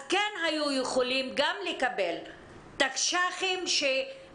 אז כן היו יכולים לקבל גם תקש"חים